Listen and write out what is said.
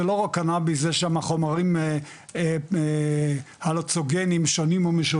זה לא רק קנאביס זה יש שמה חומרים הלוצינוגנים שונים ומשונים